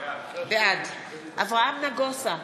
בעד אברהם נגוסה,